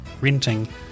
renting